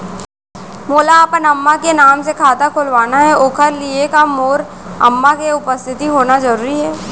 मोला अपन अम्मा के नाम से खाता खोलवाना हे ओखर लिए का मोर अम्मा के उपस्थित होना जरूरी हे?